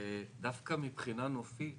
דווקא מבחינה נופית